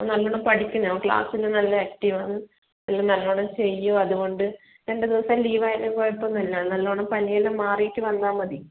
അവൻ നല്ലവണ്ണം പഠിക്കുന്നതാണ് അവൻ ക്ലാസ്സിൽ നല്ല ആക്റ്റീവ് ആണ് എല്ലാം നല്ലവണ്ണം ചെയ്യും അതുകൊണ്ട് രണ്ടുദിവസം ലീവായാലും കുഴപ്പമൊന്നുമില്ല നല്ലവണ്ണം പനിയെല്ലാം മാറിയിട്ട് വന്നാൽ മതി